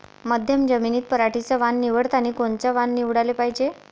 मध्यम जमीनीत पराटीचं वान निवडतानी कोनचं वान निवडाले पायजे?